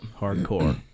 hardcore